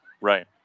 right